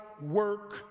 work